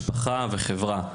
משפחה וחברה.